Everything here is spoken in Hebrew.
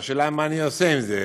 והשאלה היא מה אני עושה עם זה,